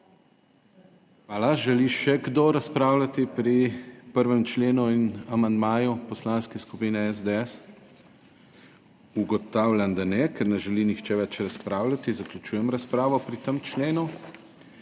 Hvala. Želi še kdo razpravljati pri 1. členu in amandmaju Poslanske skupine SDS? Ugotavljam, da ne. Ker ne želi nihče več razpravljati, zaključujem razpravo pri tem členu.